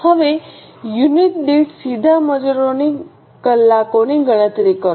હવે યુનિટ દીઠ સીધા મજૂર કલાકોની ગણતરી કરો